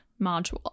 module